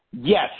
Yes